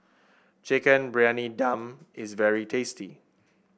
Chicken Briyani Dum is very tasty